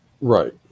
right